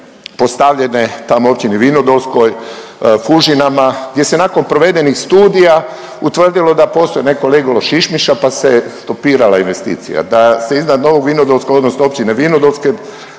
postavljene tamo u Općini Vinodolskoj, Fužinama gdje se nakon provedenih studija utvrdilo da postoji neko leglo šišmiša pa se stopirala investicija, da se iznad Novog Vinodolskog odnosno Općine Vinodolske